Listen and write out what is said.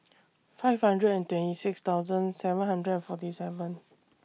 five hundred and twenty six thousand seven hundred forty seven